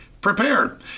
prepared